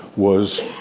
was,